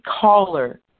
caller